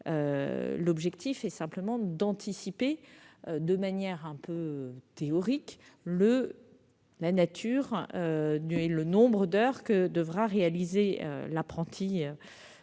l'objectif est simplement d'anticiper, de manière un peu théorique, la nature et le nombre d'heures que devra réaliser l'apprenti